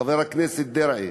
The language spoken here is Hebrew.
חבר הכנסת דרעי,